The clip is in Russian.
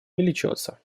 увеличиваться